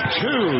two